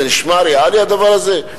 זה נשמע ריאלי, הדבר הזה?